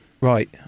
Right